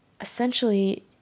essentially